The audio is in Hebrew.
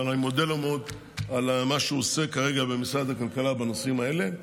ואני מודה לו מאוד על מה שהוא עושה כרגע במשרד הכלכלה בנושאים האלה,